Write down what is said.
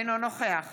אינו נוכח